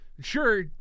Sure